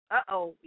Uh-oh